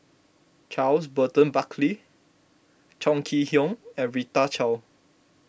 Charles Burton Buckley Chong Kee Hiong and Rita Chao